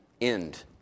end